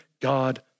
God